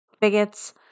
bigots